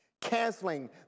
canceling